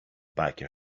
biker